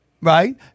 right